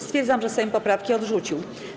Stwierdzam, że Sejm poprawki odrzucił.